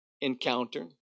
encounter